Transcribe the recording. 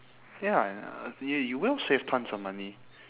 ya and uh you you will save tons of money